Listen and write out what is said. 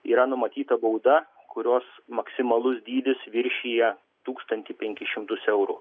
yra numatyta bauda kurios maksimalus dydis viršija tūkstantį penkis šimtus eurų